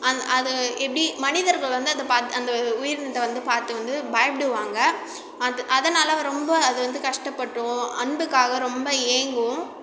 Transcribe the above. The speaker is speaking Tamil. அந் அது எப்படி மனிதர்கள் வந்து அதை பார்த்து அந்த உயிரினத்தை வந்து பார்த்து வந்து பயப்புடுவாங்க அது அதனால் ரொம்ப அது வந்து கஷ்டப்பட்டும் அன்புக்காக ரொம்ப ஏங்கும்